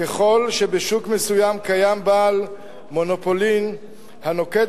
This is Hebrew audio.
ככל שבשוק מסוים קיים בעל מונופולין הנוקט